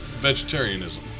vegetarianism